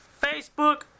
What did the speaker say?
Facebook